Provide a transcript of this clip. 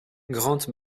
grant